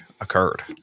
occurred